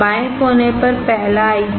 बाएं कोने पर पहला आईसी